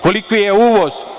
Koliki je uvoz?